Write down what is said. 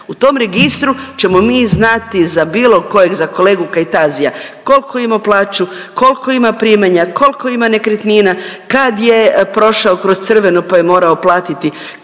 U tom registru ćemo mi znati za bilo kojeg za kolegu Kajtazija koliku ima plaću, koliko ima primanja, koliko ima nekretnina, kad je prošao kroz crveno pa je morao platiti